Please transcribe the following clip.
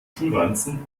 schulranzen